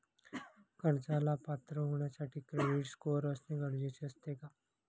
कर्जाला पात्र होण्यासाठी क्रेडिट स्कोअर असणे गरजेचे असते का?